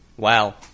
Wow